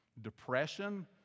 depression